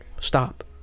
stop